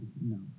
no